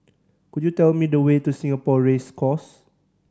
could you tell me the way to Singapore Race Course